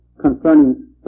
concerning